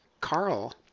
Carl